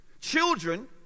children